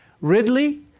Ridley